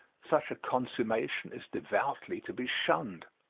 such a consummation is devoutly to be shunned.